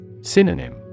Synonym